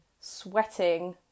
sweating